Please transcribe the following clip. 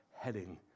heading